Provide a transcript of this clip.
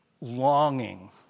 longing